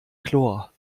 chlor